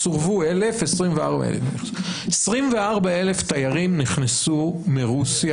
סורבו 1,000. 24,000 תיירים נכנסו מרוסיה